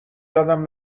یادم